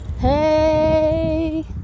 Hey